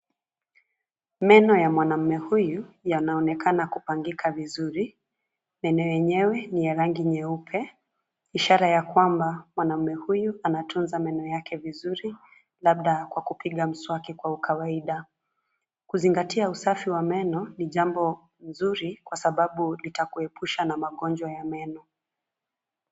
Meno ya mwanaume huyu yanaonekana kupangika vizuri. Meno yenyewe ni ya rangi nyeupe ishara ya kwamba mwanaume huyu anatunza meno yake vizuri labda kwa kupiga mswaki kwa ukawaida. Kuzingatia usafi wa meno ni jambo nzuri kwa sababu litakuepusha na magonjwa ya meno.